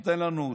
תן לנו אותו.